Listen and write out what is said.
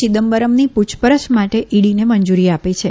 ચિદમ્બરમની પૂછપરછ માટે ઇડીને મંજૂરી આપી છે